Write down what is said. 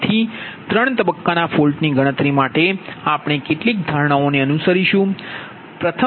તેથી ત્રણ તબક્કાના ફોલ્ટની ગણતરી માટે આપણે કેટલીક ધારણાઓને અનુસરીશુ સાચું